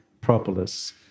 propolis